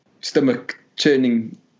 stomach-churning